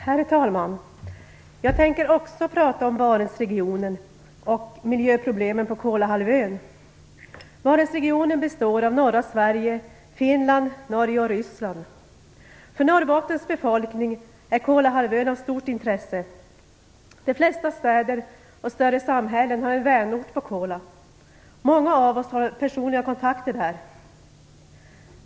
Herr talman! Jag tänker också prata om Barentsregionen och miljöproblemen på Kolahalvön. Barentsregionen består av norra Sverige, Finland, Norge och Ryssland. För Norrbottens befolkning är Kolahalvön av stort intresse. De flesta städer och större samhällen har en vänort på Kola. Många av oss har personliga kontakter där.